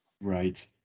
Right